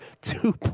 two